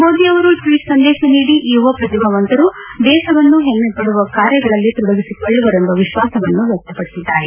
ಮೋದಿ ಅವರು ಟ್ವೀಟ್ ಸಂದೇಶ ನೀಡಿ ಈ ಯುವ ಪ್ರತಿಭಾವಂತರು ದೇಶವನ್ನು ಹೆಮ್ನೆ ಪಡುವ ಕಾರ್ಯಗಳಲ್ಲಿ ತೊಡಗಿಕೊಳ್ಳುವರೆಂಬ ವಿಶ್ವಾಸವನ್ನು ವ್ಯಕ್ತಪಡಿಸಿದ್ದಾರೆ